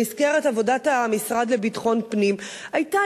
במסגרת עבודת המשרד לביטחון פנים היתה